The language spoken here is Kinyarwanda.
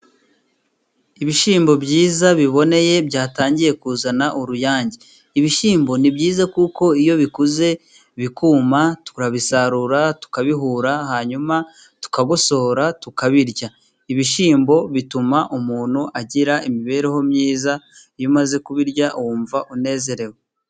Ibishyimbo byiza biboneye, byatangiye kuzana uruyange, ibishyimbo ni byiza kuko iyo bikuze, bikuma, turabisarura, tukabihura, hanyuma tukagosora, tukabirya. Ibishyimbo bituma umuntu agira imibereho myiza. Iyo umaze kubirya wumva unezerewe.